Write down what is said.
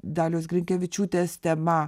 dalios grinkevičiūtės tema